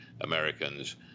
Americans